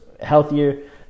healthier